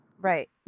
right